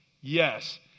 Yes